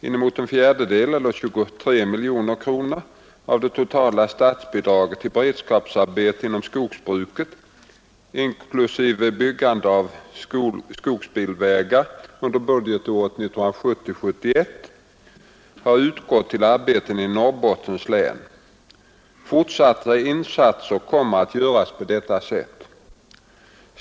Inemot en fjärdedel eller 23 miljoner kronor av de totala statsbidragen till beredskapsarbeten inom skogsbruket inklusive byggande av skogsbilvägar under budgetåret 1970/71 har utgått till arbeten i Norrbottens län. Fortsatta insatser kommer att göras på detta sätt.